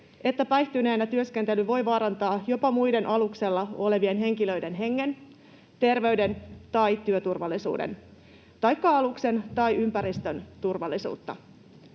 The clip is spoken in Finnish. että päihtyneenä työskentely voi vaarantaa jopa muiden aluksella olevien henkilöiden hengen, terveyden tai työturvallisuuden taikka aluksen tai ympäristön turvallisuutta.